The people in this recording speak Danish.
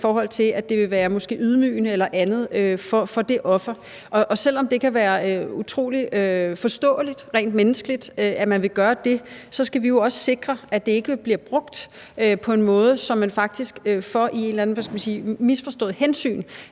i forhold til at det måske vil være ydmygende eller andet for det offer. Og selv om det kan være utrolig forståeligt rent menneskeligt, at man vil gøre det, skal vi jo også sikre, at det ikke bliver brugt på en måde, hvor man, hvad skal man sige, i et eller andet misforstået hensyn